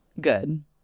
Good